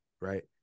right